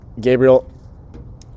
Gabriel